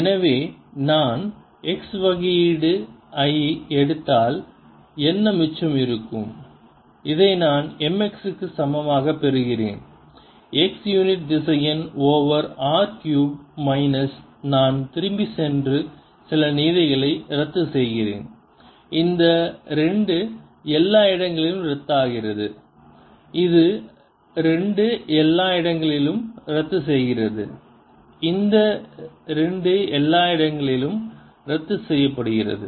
எனவே நான் x வகையீடு ஐ எடுத்தால் என்ன மிச்சம் இருக்கும் இதை நான் mx க்கு சமமாகப் பெறுகிறேன் x யூனிட் திசையன் ஓவர் r கியூப் மைனஸ் நான் திரும்பிச் சென்று சில நியதிகளை ரத்துசெய்கிறேன் இந்த 2 எல்லா இடங்களிலும் ரத்துசெய்கிறது இது 2 எல்லா இடங்களிலும் ரத்துசெய்கிறது இந்த 2 எல்லா இடங்களிலும் ரத்து செய்யப்படுகிறது